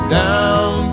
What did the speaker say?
down